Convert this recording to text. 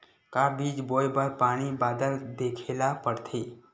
का बीज बोय बर पानी बादल देखेला पड़थे?